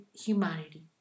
humanity